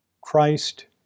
Christ